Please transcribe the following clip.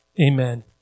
amen